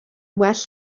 well